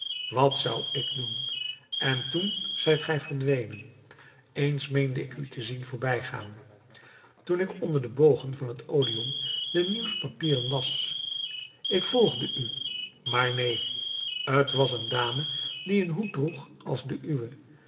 wat zou ik doen en toen zijt gij verdwenen eens meende ik u te zien voorbijgaan toen ik onder de bogen van het odéon de nieuwspapieren las ik volgde u maar neen t was een dame die een hoed droeg als de uwe